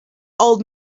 old